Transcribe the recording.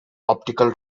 optical